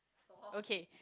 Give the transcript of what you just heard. okay